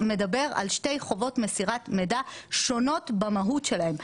מדבר על שתי חובות מסירת מידע שונות במהות שלהן.